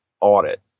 audit